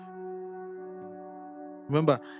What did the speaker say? remember